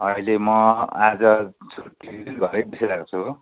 अहिले म आज छुट्टीमा घरतिर छु